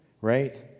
Right